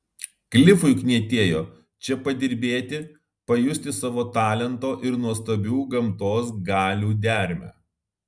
klifui knietėjo čia padirbėti pajusti savo talento ir nuostabių gamtos galių dermę